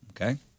Okay